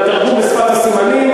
לתרגום בשפת הסימנים: